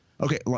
Okay